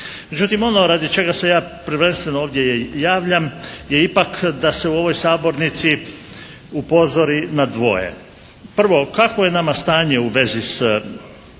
Međutim ono radi čega se ja prvenstveno ovdje javljam je ipak da se u ovoj sabornici upozori na dvoje. Prvo, kakvo je nama stanje u vezi s